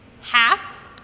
half